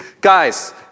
Guys